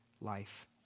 life